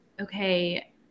okay